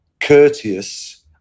courteous